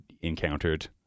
encountered